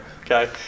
okay